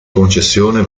concessione